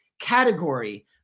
category